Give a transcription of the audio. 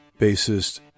Bassist